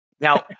Now